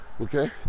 okay